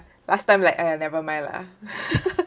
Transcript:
last time like eh nevemind lah